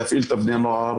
להפעיל את בני הנוער.